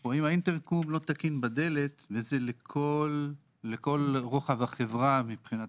או אם האינטרקום בדלת לא תקין - וזה לכל רוחב החברה מבחינת